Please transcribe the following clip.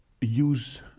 use